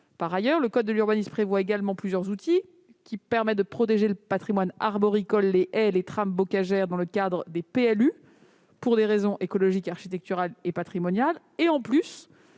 des SCoT. Le code de l'urbanisme prévoit également plusieurs outils permettant de protéger le patrimoine arboricole, les haies et les trames bocagères dans le cadre des PLU, pour des raisons écologiques, architecturales et patrimoniales. De